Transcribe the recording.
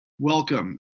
Welcome